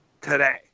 today